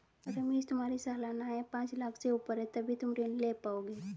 रमेश तुम्हारी सालाना आय पांच लाख़ से ऊपर है तभी तुम ऋण ले पाओगे